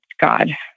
God